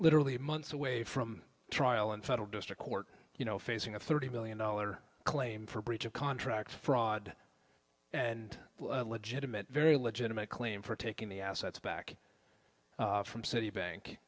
literally months away from trial in federal district court you know facing a thirty million dollar claim for breach of contract fraud and a legitimate very legitimate claim for taking the assets back from citibank